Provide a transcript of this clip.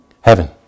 Heaven